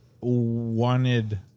wanted